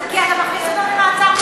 כי אתה מכניס אותם למעצר מינהלי.